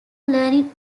learning